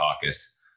caucus